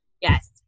yes